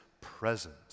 present